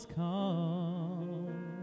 come